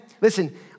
Listen